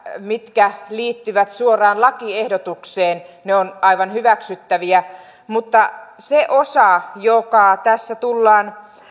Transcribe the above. mitkä liittyvät suoraan lakiehdotukseen ne ovat aivan hyväksyttäviä mutta se osa joka tässä tullaan